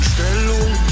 Stellung